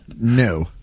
no